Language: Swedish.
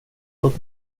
låt